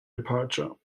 departure